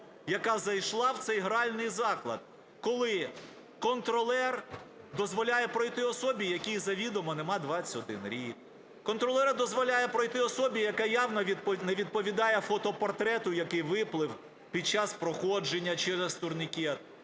яка зайшла в цей гральний заклад. Коли контролер дозволяє пройти особі, якій завідомо нема 21 рік. Контролер дозволяє пройти особі, яка явно не відповідає фотопортрету, який виплив під час проходження через турнікет.